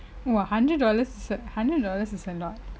!wah! hundred dollars is a hundred dollars is a lot